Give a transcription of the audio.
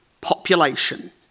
population